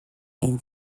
est